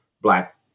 black